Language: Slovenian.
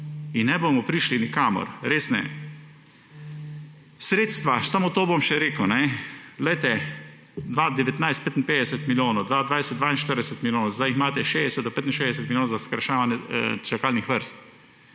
in ne bomo prišli nikamor, res ne. Sredstva, samo to bom še rekel, leta 2019 – 55 milijonov, 2020 – 42 milijonov, zdaj imate 60 do 65 milijonov za skrajševanje čakalnih vrst,